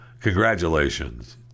congratulations